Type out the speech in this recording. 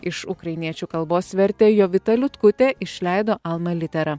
iš ukrainiečių kalbos vertė jovita liutkutė išleido alma litera